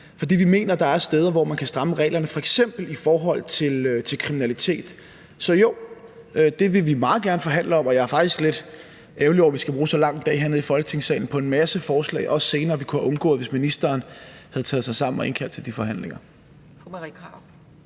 fordi vi mener, at der er steder, hvor man kan stramme reglerne, f.eks. i forhold til kriminalitet. Så jo, det vil vi meget gerne forhandle om, og jeg er faktisk lidt ærgerlig over, at vi skal bruge så lang en dag hernede i Folketingssalen på en masse forslag, også senere, som vi kunne have undgået, hvis ministeren havde taget sig sammen og indkaldt til de forhandlinger.